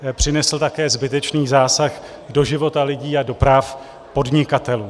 Přinesl také zbytečný zásah do života lidí a do práv podnikatelů.